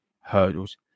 hurdles